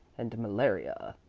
and malaria.